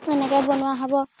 তেনেকৈয়ে বনোৱা হ'ব